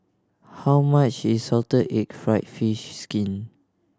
how much is salted egg fried fish skin